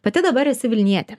pati dabar esi vilnietė